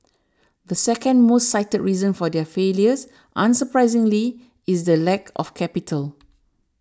the second most cited reason for their failures unsurprisingly is the lack of capital